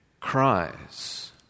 cries